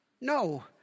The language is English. No